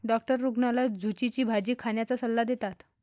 doctor रुग्णाला झुचीची भाजी खाण्याचा सल्ला देतात